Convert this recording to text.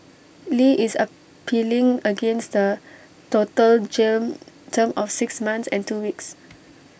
li is appealing against the total jail term of six months and two weeks